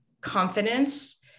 confidence